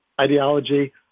ideology